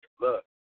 Look